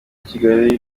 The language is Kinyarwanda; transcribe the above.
kigali